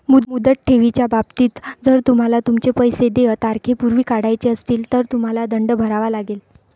मुदत ठेवीच्या बाबतीत, जर तुम्हाला तुमचे पैसे देय तारखेपूर्वी काढायचे असतील, तर तुम्हाला दंड भरावा लागेल